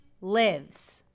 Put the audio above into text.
lives